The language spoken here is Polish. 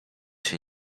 się